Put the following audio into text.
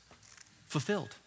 fulfilled